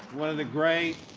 one of the great